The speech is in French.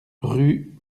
rue